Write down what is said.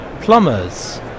plumbers